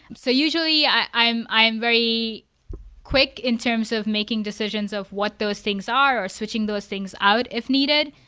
so usually, i'm i'm very quick in terms of making decisions of what those things are or switching those things out if needed.